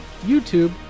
YouTube